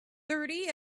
thirty